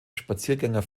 spaziergänger